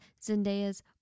Zendaya's